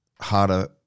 harder